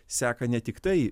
seka ne tiktai